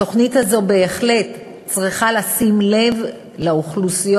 התוכנית הזו בהחלט צריכה לשים לב לאוכלוסיות